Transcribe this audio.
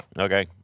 Okay